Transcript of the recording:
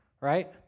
right